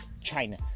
China